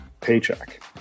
paycheck